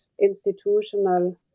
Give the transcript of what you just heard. institutional